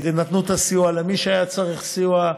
נתנו את הסיוע למי שהיה צריך סיוע.